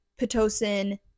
Pitocin